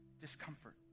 Discomfort